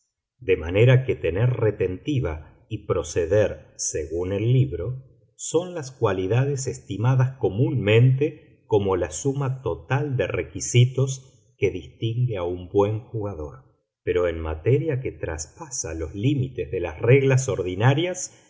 de manera que tener retentiva y proceder según el libro son las cualidades estimadas comúnmente como la suma total de requisitos que distingue a un buen jugador pero en materia que traspasa los límites de las reglas ordinarias